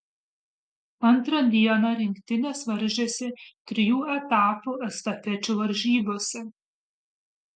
antrą dieną rinktinės varžėsi trijų etapų estafečių varžybose